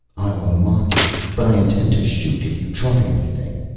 i'll unlock you, but i intend to shoot if you try anything.